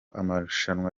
amarushanwa